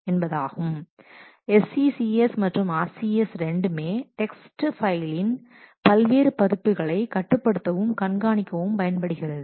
SCCS மற்றும் RCS இரண்டுமே text ஃபைலின் பல்வேறு பதிப்புகளை கட்டுப்படுத்தவும் கண்காணிக்கவும் பயன்படுகிறது